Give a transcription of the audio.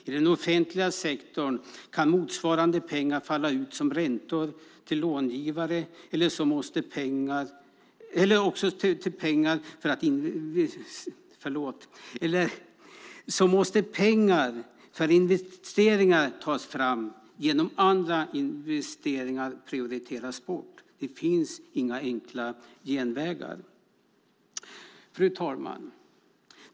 I den offentliga sektorn kan motsvarande pengar falla ut som räntor till långivare eller så måste pengar för investeringar tas fram genom att andra investeringar prioriteras bort. Det finns inga enkla genvägar. Fru talman!